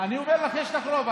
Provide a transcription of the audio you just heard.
אני אומר לך שיש לך רוב.